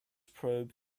probe